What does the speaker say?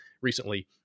recently